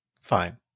fine